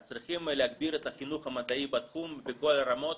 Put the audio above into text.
אז צריכים להגביר את החינוך המדעי בתחום בכל הרמות,